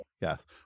Yes